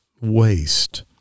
waste